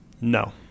no